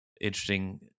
interesting